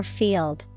field